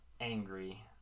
angry